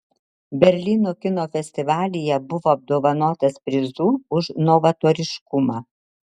berlyno kino festivalyje buvo apdovanotas prizu už novatoriškumą